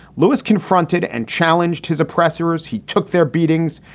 lewis confronted and challenged his oppressors. he took their beatings.